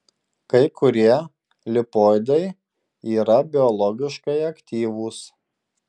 kai kurie lipoidai yra biologiškai aktyvūs